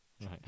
Right